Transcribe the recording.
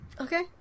Okay